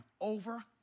over